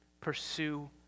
Pursue